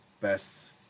best